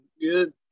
good